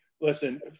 listen